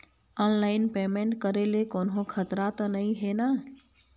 Online payment करे ले कोन्हो खतरा त नई हे न?